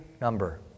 number